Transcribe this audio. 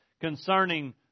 concerning